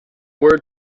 word